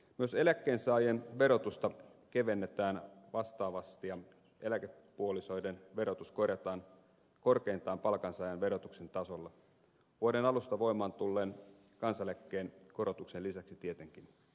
myös eläkkeensaajien verotusta kevennetään vastaavasti ja eläkepuolisoiden verotus korjataan korkeintaan palkansaajan verotuksen tasolle vuoden alusta voimaan tulleen kansaneläkkeen korotuksen lisäksi tietenkin